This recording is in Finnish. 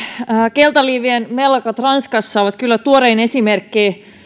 keltaliivien mellakat ranskassa ovat kyllä tuorein esimerkki